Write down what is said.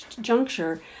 juncture